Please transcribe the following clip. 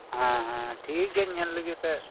ᱦᱮᱸ ᱦᱮᱸ ᱴᱷᱤᱠ ᱜᱮᱭᱟᱧ ᱧᱮᱞ ᱞᱮᱜᱮ ᱥᱮ